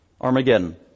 Armageddon